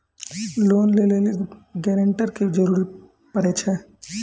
Loan लै लेली guarantor के भी जरूरी पड़ै छै?